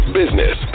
business